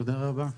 תודה רבה.